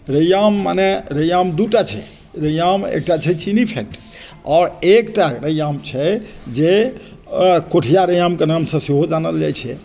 रैयाम मने रैयाम दू टा छै रैयाम एकटा छै चीनी फैक्ट्री आओर एकटा रैयाम छै जे कोठिया रैयामके नाम से सेहो जानल जाइत छै